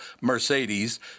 Mercedes